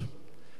זול מאוד,